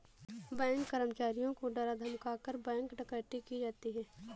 bank कर्मचारियों को डरा धमकाकर, बैंक डकैती की जाती है